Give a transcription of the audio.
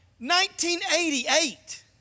1988